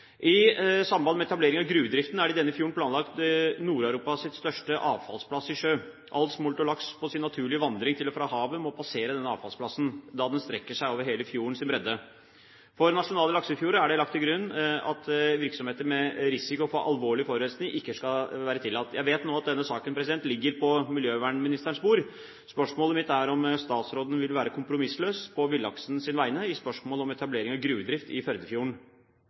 I samband med etablering av gruvedriften er det i denne fjorden planlagt Nord-Europas største avfallsplass i sjø. All smolt og laks på sin naturlige vandring til og fra havet må passere denne avfallsplassen, da den strekker seg over hele fjordens bredde. For nasjonale laksefjorder er det lagt til grunn at virksomheter med risiko for alvorlig forurensing ikke skal være tillatt. Jeg vet nå at denne saken ligger på miljøvernministerens bord. Spørsmålet mitt er om statsråden vil være kompromissløs på villaksens vegne i spørsmålet om etablering av gruvedrift i Førdefjorden.